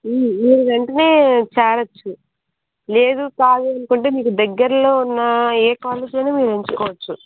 మీరు వెంటనే చేరవచ్చు లేదు కాదు అనుకుంటే మీకు దగ్గరలో ఉన్న ఏ కాలేజ్ అయినా మీరు ఎంచుకోవచ్చు